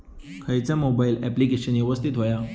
खयचा mobile application यवस्तित होया?